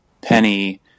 Penny